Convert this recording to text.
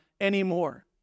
anymore